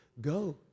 go